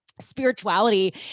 spirituality